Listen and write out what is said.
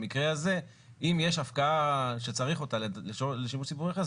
במקרה הזה אם יש הפקעה שצריך אותה לשימוש ציבורי אחר,